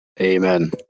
Amen